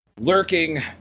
lurking